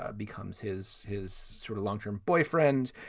ah becomes his his sort of long term boyfriend.